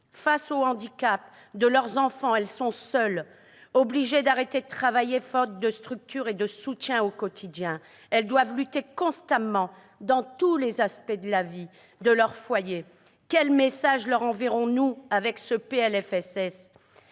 face au handicap de leur enfant, obligées d'arrêter de travailler faute de structures et de soutien au quotidien et qui doivent lutter constamment, dans tous les aspects de la vie de leur foyer. Quel message leur enverrons-nous avec ce PLFSS ?